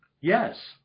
Yes